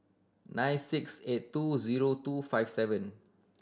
nine six eight two zero two five seven